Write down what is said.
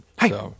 Hey